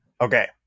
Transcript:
Okay